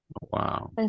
wow